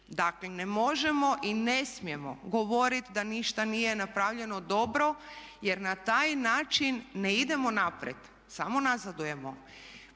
Dakle ne možemo i ne smijemo govoriti da ništa nije napravljeno dobro jer na taj način ne idemo naprijed, samo nazadujemo.